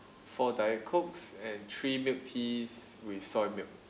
four diet cokes and three milk teas with soy milk